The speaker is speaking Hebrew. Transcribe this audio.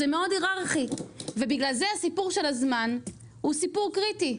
זה מאוד היררכי ובגלל זה הסיפור של הזמן הוא סיפור קריטי.